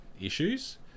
issues